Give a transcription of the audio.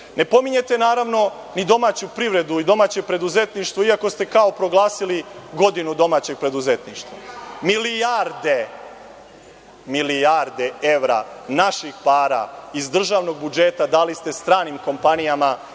pominjete, naravno ni domaću privredu, ni domaće preduzetništvo, iako ste kao proglasili godinu domaćeg preduzetništva. Milijarde evra naših para iz državnog budžeta dali ste stranim kompanijama